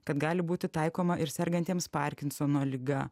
kad gali būti taikoma ir sergantiems parkinsono liga